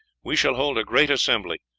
we shall hold a great assembly,